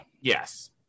yes